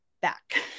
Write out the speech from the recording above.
back